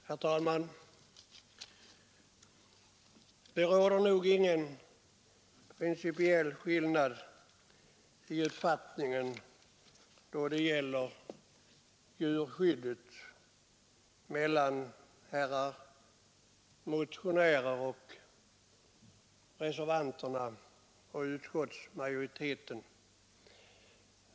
Herr talman! Det råder nog ingen principiell skillnad i uppfattning om djurskyddet mellan motionärer och reservanter å ena sidan och utskottsmajoriteten å den andra.